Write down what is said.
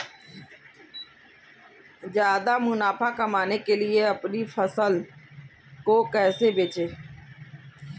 ज्यादा मुनाफा कमाने के लिए अपनी फसल को कैसे बेचें?